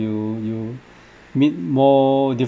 you you meet more